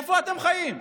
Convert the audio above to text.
איפה אתם חיים?